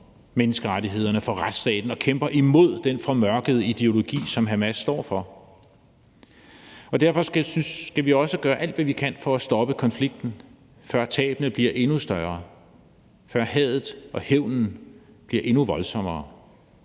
menneskerettighederne, for retsstaten og kæmper imod den formørkede ideologi, som Hamas står for. Derfor skal vi også gøre alt, hvad vi kan, for at stoppe konflikten, før tabene bliver endnu større, før hadet og hævnen bliver endnu voldsommere,